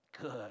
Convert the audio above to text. good